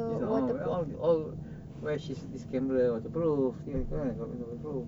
is not where all all where she's this camera waterproof dia waterproof